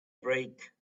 break